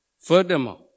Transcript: Furthermore